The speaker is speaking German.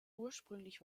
ursprünglich